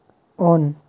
on